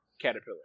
caterpillar